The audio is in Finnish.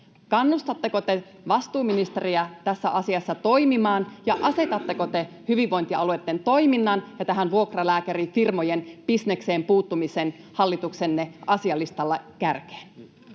kannustatteko te vastuuministeriä tässä asiassa toimimaan, ja asetatteko te hyvinvointialueitten toiminnan ja tähän vuokralääkärifirmojen bisnekseen puuttumisen hallituksenne asialistalla kärkeen?